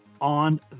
on